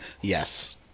yes